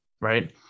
right